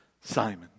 Simon